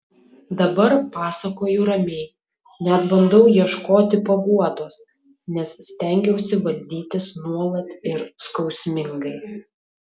dabar pasakoju ramiai net bandau ieškoti paguodos nes stengiausi valdytis nuolat ir skausmingai